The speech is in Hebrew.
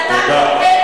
כי אתה פוחד,